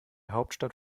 hauptstadt